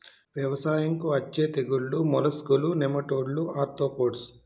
వ్యవసాయంకు అచ్చే తెగుల్లు మోలస్కులు, నెమటోడ్లు, ఆర్తోపోడ్స్